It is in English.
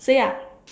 say ah